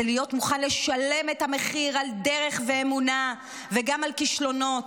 זה להיות מוכן לשלם את המחיר על דרך ואמונה וגם על כישלונות.